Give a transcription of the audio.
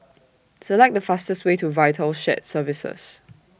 Select The fastest Way to Vital Shared Services